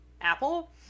Apple